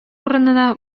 урынына